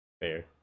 fair